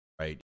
right